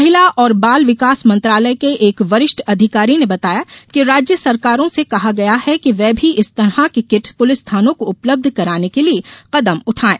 महिला और बाल विकास मंत्रालय के एक वरिष्ठ अधिकारी ने बताया कि राज्य सरकारों से कहा गया है कि वे भी इस तरह के किट पूलिस थानों को उपलब्ध कराने के कदम उठायें